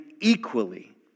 equally